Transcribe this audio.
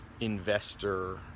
investor